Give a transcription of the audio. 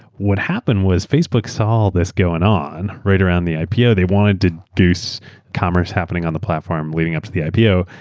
what happened was facebook saw this going on right around the ipo. they wanted to do commerce happening on the platform leading up to the ipo,